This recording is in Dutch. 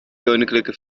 koninklijke